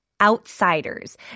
outsiders